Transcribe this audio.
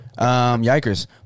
Yikers